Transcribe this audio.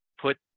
put